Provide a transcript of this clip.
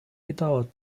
gedauert